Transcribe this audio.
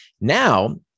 Now